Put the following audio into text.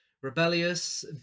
Rebellious